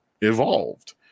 evolved